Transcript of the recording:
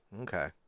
okay